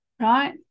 right